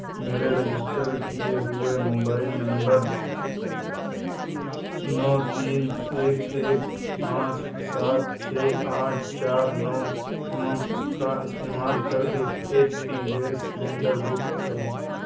میرے رجسٹر کیے ہوئے موبائل نمبر نو تین ایک ایک پانچ سات چھ آٹھ چار نو نو کا استعمال کر کے H P gas cylinder book کرو